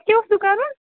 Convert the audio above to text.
کیٛاہ اوسوٕ کرُن